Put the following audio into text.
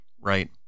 right